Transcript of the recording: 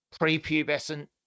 prepubescent